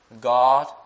God